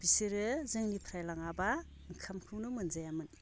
बिसोरो जोंनिफ्राय लाङाब्ला ओंखामखौनो मोनजायामोन